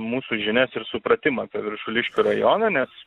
mūsų žinias ir supratimą apie viršuliškių rajoną nes